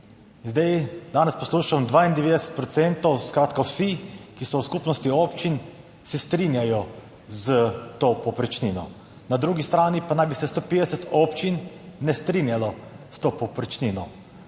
In danes poslušam, 92 procentov, skratka vsi, ki so v skupnosti občin, se strinjajo s to povprečnino, na drugi strani pa naj bi se 150 občin ne strinjalo s to povprečnino.